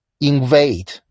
invade